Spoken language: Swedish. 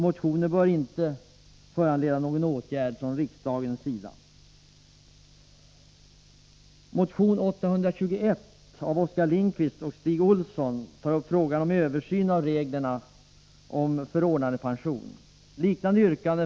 Motionen bör inte föranleda Nr 25 någon åtgärd från riksdagens sida.